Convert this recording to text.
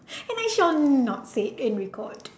and I shall not say in record